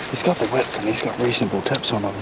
it's got the width and he's got reasonable tips on